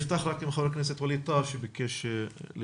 חבר הכנסת ווליד טאהא, ביקש להתייחס.